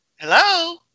hello